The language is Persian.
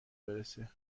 برسه